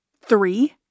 Three